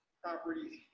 properties